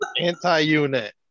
Anti-unit